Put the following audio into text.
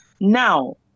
Now